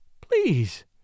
please